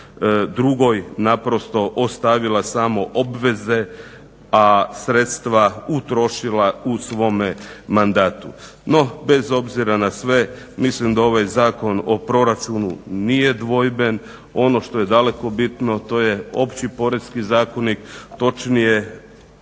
drugoj naprosto ostavila samo obveze, a sredstva utrošila u svome mandatu. No, bez obzira na sve mislim da ovaj zakon o proračunu nije dvojben. Ono što je daleko bitno to je opći poreski zakoni točnije